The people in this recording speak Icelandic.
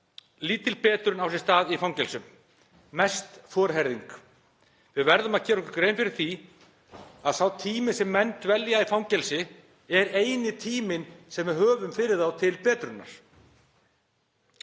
Lítil betrun á sér stað í fangelsum, mest forherðing. Við verðum að gera okkur grein fyrir því að sá tími sem menn dvelja í fangelsi er eini tíminn sem við höfum fyrir þá til betrunar.